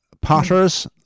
Potters